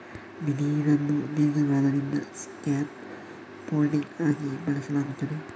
ಬಿದಿರನ್ನು ದೀರ್ಘಕಾಲದಿಂದ scaffolding ಆಗಿ ಬಳಸಲಾಗುತ್ತದೆ